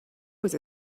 was